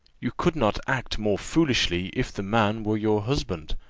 you could not act more foolishly if the man were your husband.